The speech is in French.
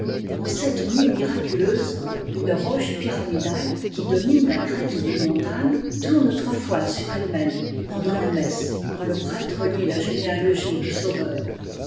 en cette nuit miraculeuse une roche pyramidale qui domine la crête d'une montagne tourne trois fois sur elle-même pendant la messe quand le prêtre lit la généalogie du sauveur